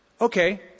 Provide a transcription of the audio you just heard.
Okay